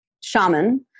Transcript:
shaman